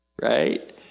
right